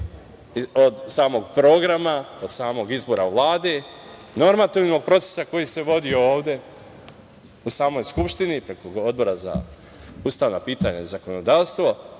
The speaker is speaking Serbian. od samog programa, od samog izbora Vlade, normativima procesa koji se vode ovde u samoj Skupštini, preko Odbora za ustavna pitanja i zakonodavstvo,